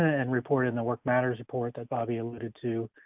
and reported in the work matters report that bobby alluded to,